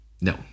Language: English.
No